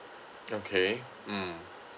okay mm